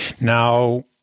Now